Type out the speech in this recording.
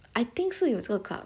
I think 是有这个 club